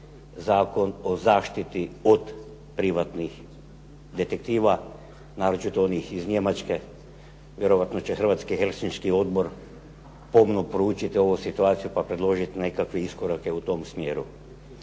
Zakon o zaštiti od privatnih detektiva naročito onih iz Njemačke. Vjerojatno će Hrvatski helsinški odbor pomno proučiti ovu situaciju, pa predložiti nekakve iskorake u tom smjeru.